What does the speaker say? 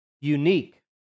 unique